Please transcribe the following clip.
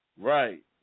right